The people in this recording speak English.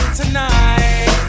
tonight